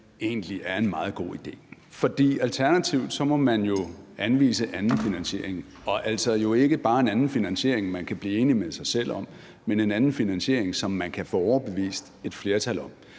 egentlig er en meget god idé. For alternativt må man jo anvise en anden finansiering, og altså jo ikke bare en anden finansiering, man kan blive enig med sig selv om, men en anden finansiering, som man kan få overbevist et flertal om.